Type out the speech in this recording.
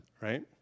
right